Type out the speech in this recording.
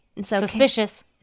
Suspicious